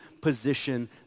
position